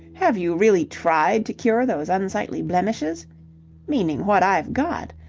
have you really tried to cure those unsightly blemishes meaning what i've got.